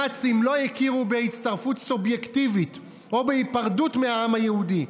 הנאצים לא הכירו בהצטרפות סובייקטיבית או בהיפרדות מהעם היהודי,